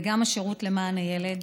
וגם השירות למען הילד,